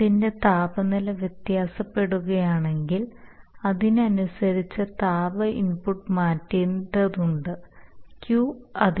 അതിന്റെ താപനില വ്യത്യാസപ്പെടുകയാണെങ്കിൽ അതിനനുസരിച്ച് താപ ഇൻപുട്ട് മാറ്റേണ്ടതുണ്ട് Q